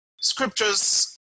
Scriptures